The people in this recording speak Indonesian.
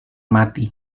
mati